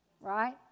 right